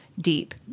deep